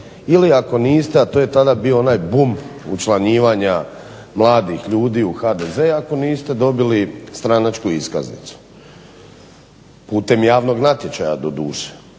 ili ako niste a to je bio tada onaj bum učlanjivanja mladih ljudi u HDZ ako niste dobili stranačku iskaznicu putem javnog natječaja doduše.